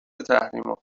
تحریما